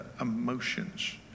emotions